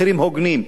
מחירים הוגנים.